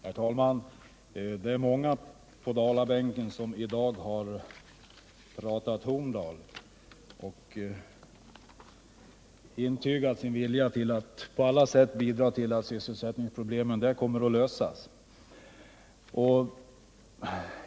Herr talman! Det är många på Dalabänken som i dag har pratat Horndal och intygat sin vilja att på alla sätt bidra till att sysselsättningsproblemen där kan lösas.